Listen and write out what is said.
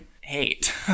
hate